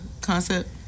concept